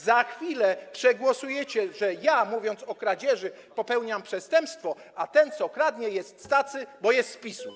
Za chwilę przegłosujecie, że ja, mówiąc o kradzieży, popełniam przestępstwo, a ten, kto kradnie, jest cacy, bo jest z PiS-u.